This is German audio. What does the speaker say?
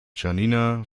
janina